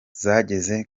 zageze